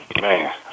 man